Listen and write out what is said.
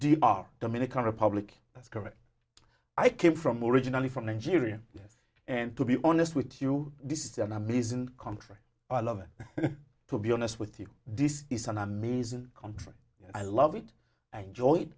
are dominican republic that's correct i came from originally from nigeria yes and to be honest with you this is an amazing country i love it to be honest with you this is an amazing country i love it i enjoy